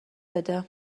بده